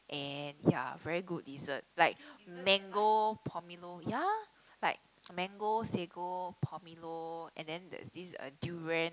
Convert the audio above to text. and ya very good dessert like mango pomelo ya like mango sago pomelo and then there's this uh durian